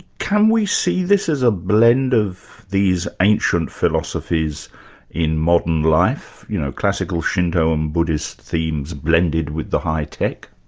can we see this as a blend of these ancient philosophies in modern life? you know, classical shinto and buddhist themes blended with the high tech?